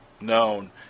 known